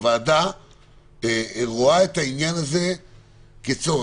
הוועדה רואה את העניין הזה כצורך.